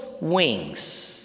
wings